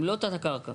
הם לא תת קרקע.